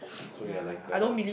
so we are like a